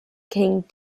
king